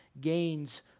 gains